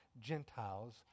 Gentiles